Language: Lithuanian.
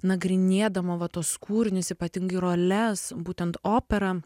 nagrinėdama va tuos kūrinius ypatingai roles būtent operą